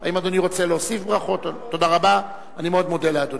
אני קובע שחוק שירות הקבע בצבא-הגנה לישראל